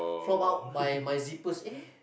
fall out by my zippers eh